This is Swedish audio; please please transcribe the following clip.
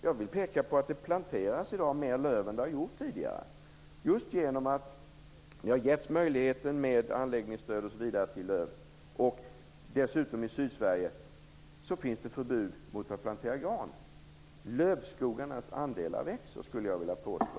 Jag vill peka på att det i dag planteras mer löv än det har gjort tidigare, just på grund av att det har givits möjlighet med anläggningsstöd osv. till löv. Dessutom finns det i Sydsverige ett förbud mot att plantera gran. Lövskogarnas andel växer, skulle jag vilja påstå.